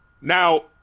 Now